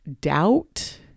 doubt